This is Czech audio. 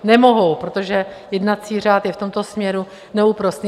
Nemohou, protože jednací řád je v tomto směru neúprosný.